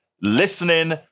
listening